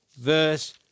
verse